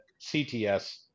CTS